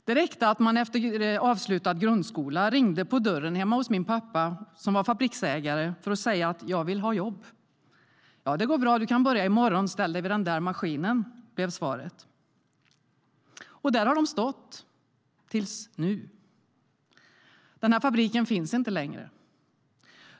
Det räckte att efter avslutad grundskola ringa på dörren hemma hos min pappa, som var fabriksägare, och säga: Jag vill ha jobb. Svaret blev: Ja, det går bra. Du kan börja i morgon. Ställ dig vid den där maskinen! Och där har de stått till nu. Fabriken finns inte längre.